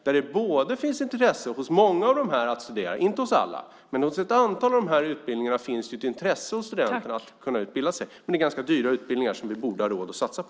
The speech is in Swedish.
Det finns ett intresse hos många att studera. Det finns inte hos alla, men för ett antal av dessa utbildningar finns ett intresse hos studenterna att kunna utbilda sig. Det är ganska dyra utbildningar som vi borde ha råd att satsa på.